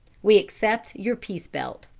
we accept your peace-belt.